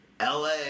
LA